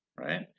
right